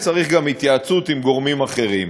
צריך גם התייעצות עם גורמים אחרים.